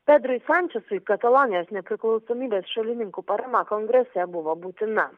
pedrui sančiosui katalonijos nepriklausomybės šalininkų parama kongrese buvo būtina